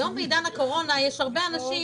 היום בעידן הקורונה יש הרבה אנשים,